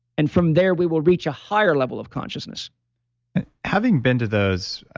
and from there, we will reach a higher level of conscience having been to those